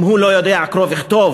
אם הוא לא יודע קרוא וכתוב,